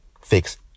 fix